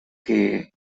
que